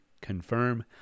confirm